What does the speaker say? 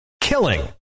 killing